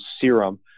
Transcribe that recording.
serum